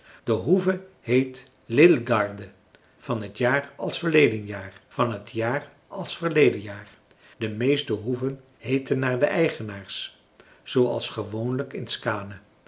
de hoeve heet lillgärde van t jaar als verleden jaar van t jaar als verleden jaar de meeste hoeven heetten naar de eigenaars zooals gewoonlijk